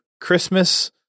Christmas